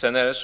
Den